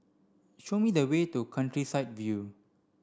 show me the way to Countryside View